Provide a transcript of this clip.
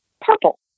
purple